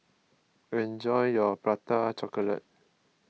enjoy your Prata Chocolate